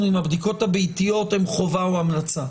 אם הבדיקות הביתיות הן חובה או המלצה.